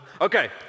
Okay